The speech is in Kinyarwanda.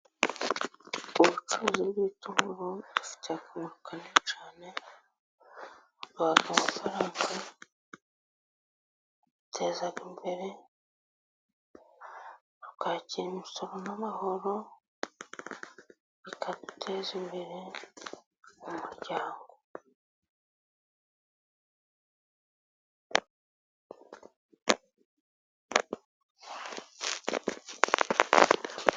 Ubucuruzi bw'ibitunguru bifite akamoro kanini cyane, bihuha amafaranga tukiteza imbere, kwakira imisoro n'amahoro bikaduteza imbere iryango.